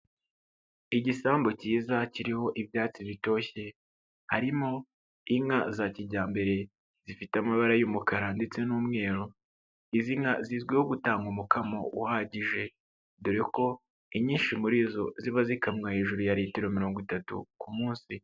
Igisambu cyiza kiriho ibyatsi bitoshye, harimo inka za kijyambere zifite amabara y'umukara ndetse n'umweru, izi nka zizwiho guta umukamo uhagije, dore ko inyinshi ziba zikamwa hejuru ya litiro mirongo itatu ku munsi.